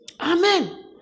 Amen